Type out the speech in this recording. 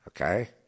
Okay